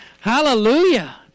Hallelujah